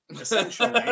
essentially